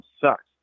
sucks